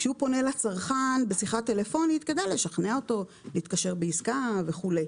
כשהוא פונה לצרכן בשיחה טלפונית כדי לשכנע אותו להתקשר בעסקה וכו'.